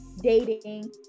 dating